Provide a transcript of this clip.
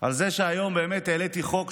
על זה שהיום העליתי חוק,